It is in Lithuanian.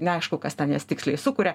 neaišku kas ten jas tiksliai sukuria